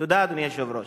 תודה, אדוני היושב-ראש.